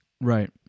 right